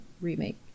remake